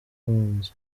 yagonze